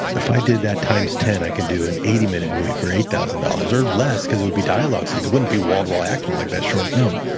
if i did that times ten, i could do an eighty minute movie for eight thousand dollars or less, because it would be dialogue scenes. it wouldn't be wall to wall action like that short film.